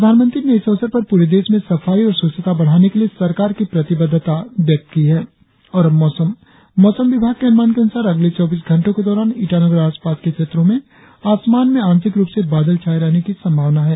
प्रधानमंत्री ने इस अवसर पर पूरे देश में सफाई और स्वच्छता बढ़ाने के लिए सरकार की प्रतिबद्धता व्यक्त की है और अब मौसम मौसम विभाग के अनुमान के अनुसार अगले चौबीस घंटो के दौरान ईटानगर और आसपास के क्षेत्रो में आसमान में आंशिक रुप से बादल छाये रहने की संभावना है